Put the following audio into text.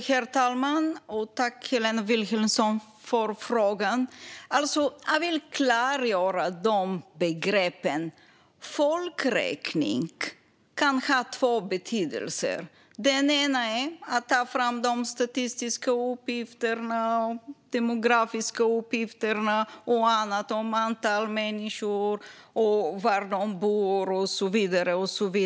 Herr talman! Låt mig klargöra begreppet folkräkning, för det kan ha två betydelser. Den ena är att ta fram statistiska och demografiska uppgifter om antal människor, var de bor och så vidare.